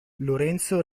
lorenzo